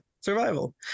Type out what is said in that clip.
survival